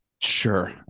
Sure